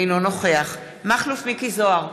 אינו נוכח מכלוף מיקי זוהר,